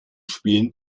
spielen